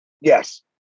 Yes